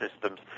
systems